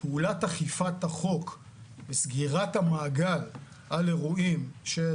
פעולת אכיפת החוק וסגירת המעגל על אירועים של